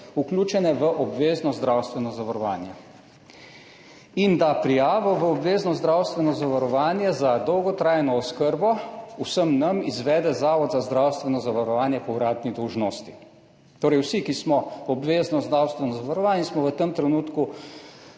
vključene v obvezno zdravstveno zavarovanje in da prijavo v obvezno zdravstveno zavarovanje za dolgotrajno oskrbo vsem nam izvede Zavod za zdravstveno zavarovanje po uradni dolžnosti. Torej vsi, ki smo obvezno zdravstveno zavarovani, smo v tem trenutku